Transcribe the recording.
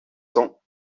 cents